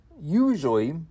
usually